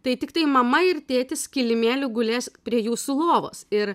tai tiktai mama ir tėtis kilimėly gulės prie jūsų lovos ir